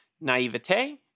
naivete